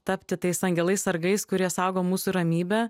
tapti tais angelais sargais kurie saugo mūsų ramybę